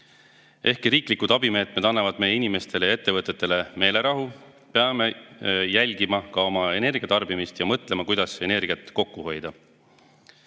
riiklikud abimeetmed annavad meie inimestele ja ettevõtetele meelerahu, peame jälgima ka oma energiatarbimist ja mõtlema, kuidas energiat kokku hoida.